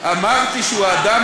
אמרתי שהוא אדם